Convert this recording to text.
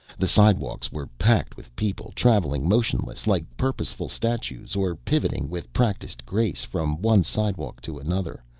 the slidewalks were packed with people, traveling motionless like purposeful statues or pivoting with practiced grace from one slidewalk to another,